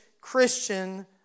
Christian